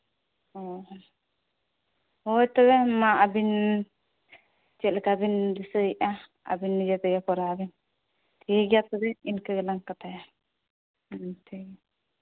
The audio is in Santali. ᱦᱮᱸ ᱦᱳᱭ ᱛᱚᱵᱮ ᱢᱟ ᱟᱹᱵᱤᱱ ᱪᱮᱫ ᱞᱮᱠᱟ ᱵᱤᱱ ᱫᱤᱥᱟᱹᱭᱮᱫᱼᱟ ᱟᱹᱵᱤᱱ ᱱᱤᱡᱮ ᱛᱮᱜᱮ ᱠᱚᱨᱟᱣ ᱵᱤᱱ ᱴᱷᱤᱠ ᱜᱮᱭᱟ ᱛᱚᱵᱮ ᱤᱱᱠᱟᱹ ᱜᱮᱞᱟᱝ ᱠᱟᱛᱷᱟᱭᱟ ᱦᱮᱸ ᱴᱷᱤᱠ ᱜᱮᱭᱟ